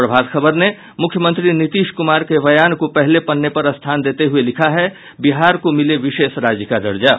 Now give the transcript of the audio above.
प्रभात खबर ने मुख्यमंत्री नीतीश कुमार के बयान को पहले पन्ने पर स्थान देते हुये लिखा है बिहार को मिले विशेष राज्य का दर्जा